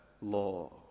law